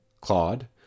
Claude